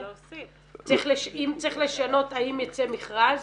אם צריך לשנות האם ייצא מכרז